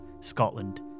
Scotland